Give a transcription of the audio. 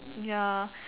ya